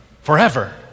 forever